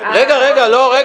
עכשיו אתה לא יכול להתעלם מזה.